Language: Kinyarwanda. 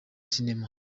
cinema